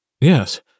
Yes